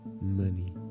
Money